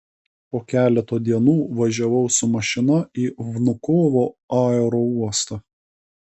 po keleto dienų važiavau su mašina į vnukovo aerouostą